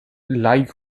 leigh